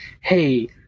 hey